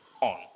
on